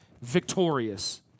victorious